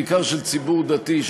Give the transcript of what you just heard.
בעיקר של ציבור דתי,